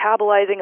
metabolizing